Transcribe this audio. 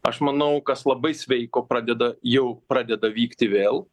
aš manau kas labai sveiko pradeda jau pradeda vykti vėl